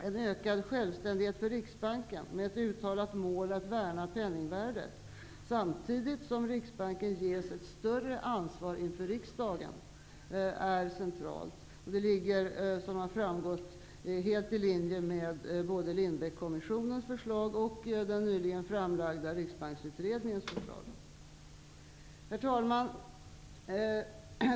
En ökad självständighet för Riksbanken med ett uttalat mål att värna penningvärdet -- samtidigt som Riksbanken ges ett större ansvar inför riksdagen -- är av central betydelse. Det ligger helt i linje med både Herr talman!